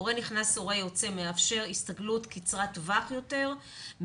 הורה נכנס/הורה יוצא מאפשר הסתגלות קצרת טווח יותר,